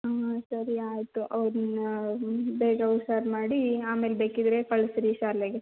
ಹ್ಞೂ ಸರಿ ಆಯಿತು ಅವರನ್ನ ಬೇಗ ಹುಷಾರು ಮಾಡಿ ಆಮೇಲೆ ಬೇಕಿದ್ದರೆ ಕಳಿಸಿರಿ ಶಾಲೆಗೆ